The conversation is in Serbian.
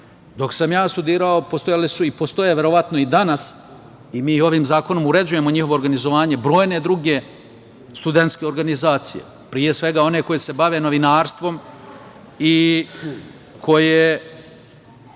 Dok sam ja studirao postojale su, i postoje verovatno i danas i mi ovim zakonom uređujemo njihovo organizovanje, brojne druge studentske organizacije, pre svega, one koje se bave novinarstvom i koje